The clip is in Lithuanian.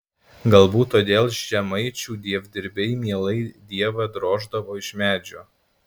galbūt todėl žemaičių dievdirbiai mielai dievą droždavo iš medžio